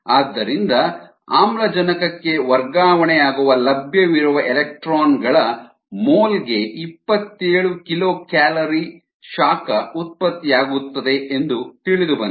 ಆದ್ದರಿಂದ ಆಮ್ಲಜನಕಕ್ಕೆ ವರ್ಗಾವಣೆಯಾಗುವ ಲಭ್ಯವಿರುವ ಎಲೆಕ್ಟ್ರಾನ್ ಗಳ ಮೋಲ್ ಗೆ ಇಪ್ಪತ್ತೇಳು ಕಿಲೋಕ್ಯಾಲರಿ ಶಾಖ ಉತ್ಪತ್ತಿಯಾಗುತ್ತದೆ ಎಂದು ತಿಳಿದುಬಂದಿದೆ